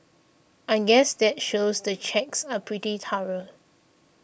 I guess that shows the checks are pretty thorough